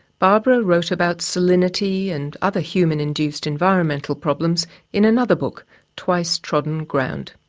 but wrote wrote about salinity and other human-induced environmental problems in another book twice trodden ground.